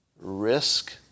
risk